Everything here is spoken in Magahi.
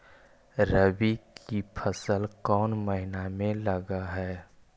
रबी की फसल कोन महिना में लग है?